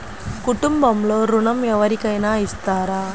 కుటుంబంలో ఋణం ఎవరికైనా ఇస్తారా?